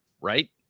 right